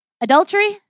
adultery